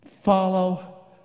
Follow